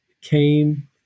came